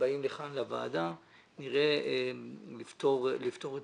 באים לוועדה ונראה איך נפתור את